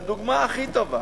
הדוגמה הכי טובה,